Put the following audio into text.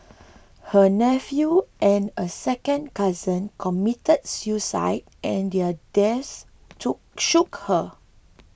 her nephew and a second cousin committed suicide and their deaths shook her